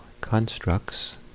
constructs